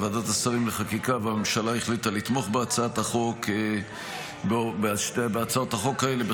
ועדת השרים לחקיקה והממשלה החליטה לתמוך בשני הצעות החוק האלה,